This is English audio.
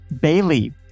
Bailey